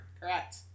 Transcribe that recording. Correct